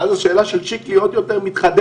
ואז השאלה של חבר הכנסת שיקלי עוד יותר מתחדדת.